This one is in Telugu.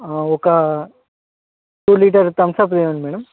ఒకా టూ లీటర్స్ తమ్స్ అప్ ఇవ్వండీ మేడమ్